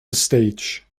stage